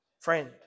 Friend